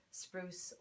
spruce